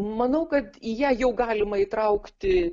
manau kad į ją jau galima įtraukti